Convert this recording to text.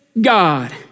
God